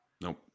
Nope